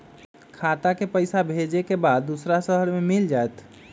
खाता के पईसा भेजेए के बा दुसर शहर में मिल जाए त?